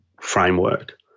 framework